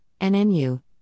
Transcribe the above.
NNU